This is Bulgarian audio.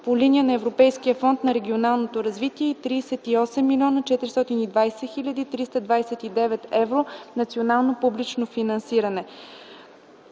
по линия на Европейския фонд за регионално развитие и 38 млн. 420 хил. 329 евро национално публично финансиране.